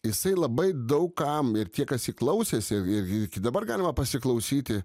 jisai labai daug kam ir tie kas jį klausėsi ir iki dabar galima pasiklausyti